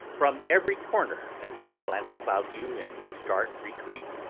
from every corner, as you glance about you in these dark retreats,